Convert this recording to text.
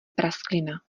prasklina